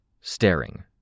staring